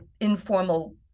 informal